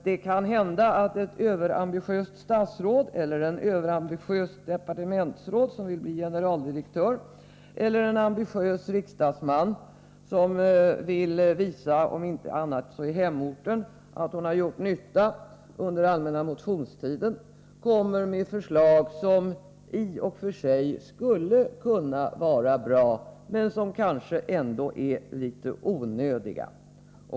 Det kan hända att ett överambitiöst statsråd eller ett överambitiöst departementsråd, som vill bli generaldirektör, eller en ambitiös riksdagsman som vill visa, om inte annat så i hemorten, att man har gjort nytta, under den allmänna motionstiden kommer med förslag som i och för sig skulle kunna vara bra men som kanske ändå är litet onödiga.